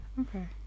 Okay